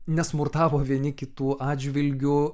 nesmurtavo vieni kitų atžvilgiu